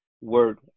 Word